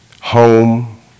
home